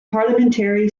parliamentary